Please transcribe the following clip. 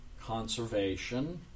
conservation